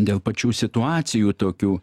dėl pačių situacijų tokių